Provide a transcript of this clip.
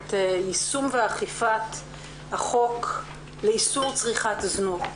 את יישום ואכיפת החוק לאיסור צריכת זנות.